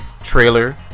Trailer